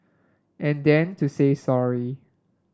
and then to say sorry